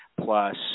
Plus